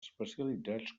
especialitzats